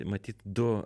matyt du